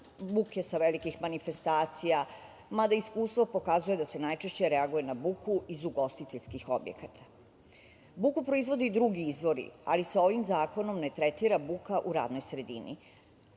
buke sa velikih manifestacija. Mada, iskustvo pokazuje da se najčešće reaguje na buku iz ugostiteljskih objekata. Buku proizvode i drugi izvori, ali se ovim zakonom ne tretira buka u radnoj sredini. Ono